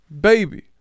Baby